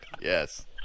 Yes